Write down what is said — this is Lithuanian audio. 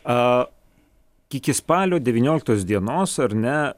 a iki spalio devynioliktos dienos ar ne